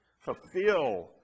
fulfill